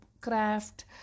craft